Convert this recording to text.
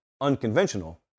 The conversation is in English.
unconventional